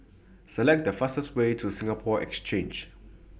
Select The fastest Way to Singapore Exchange